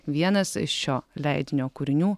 vienas šio leidinio kūrinių